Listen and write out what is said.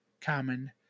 common